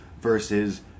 versus